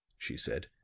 she said.